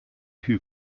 who